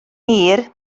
hir